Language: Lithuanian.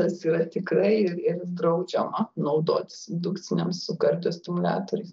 tas yra tikrai ir ir draudžiama naudotis indukcinėm su kardiostimuliatoriais